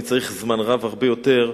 אני צריך זמן רב הרבה יותר.